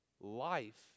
life